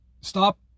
stop